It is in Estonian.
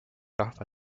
rahva